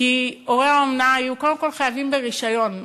כי הורי האומנה יהיו קודם כול חייבים ברישיון,